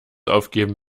aufgeben